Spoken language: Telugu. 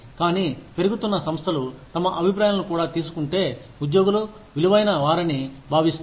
కానీ పెరుగుతున్న సంస్థలు తమ అభిప్రాయాలను కూడా తీసుకుంటే ఉద్యోగులు విలువైనవారని భావిస్తున్నారు